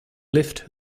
lift